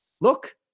Look